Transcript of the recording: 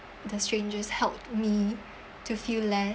the strangers helped me to feel less